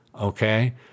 okay